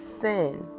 Sin